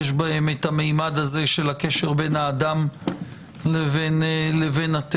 יש בהם את הממד הזה של הקשר בין האדם לבין הטבע.